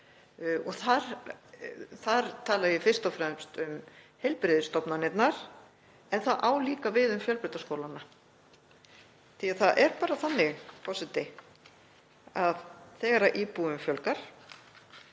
Þar tala ég fyrst og fremst um heilbrigðisstofnanirnar en það á líka við um fjölbrautaskólana. Það er bara þannig, forseti, að þegar íbúum fjölgar